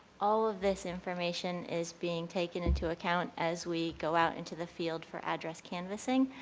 all of this information is being taken into account as we go out into the field for address canvassing,